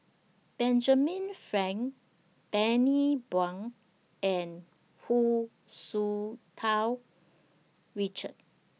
Benjamin Frank Bani Buang and Hu Tsu Tau Richard